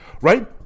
right